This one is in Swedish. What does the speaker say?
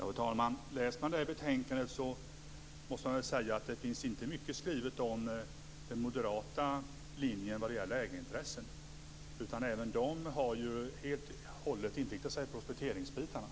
Fru talman! Läser man betänkandet ser man att det inte finns mycket skrivet om den moderata linjen vad det gäller ägarintressen. Även moderaterna har helt och hållet inriktat sig på prospekteringsbitarna.